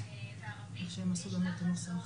שוב שלא מבחירה,